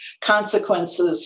consequences